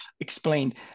explained